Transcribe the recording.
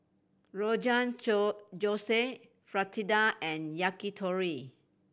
Rogan Josh Fritada and Yakitori